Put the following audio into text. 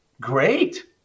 Great